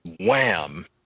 wham